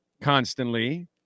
constantly